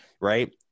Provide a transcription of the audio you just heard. right